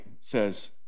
says